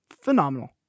Phenomenal